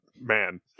Man